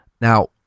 Now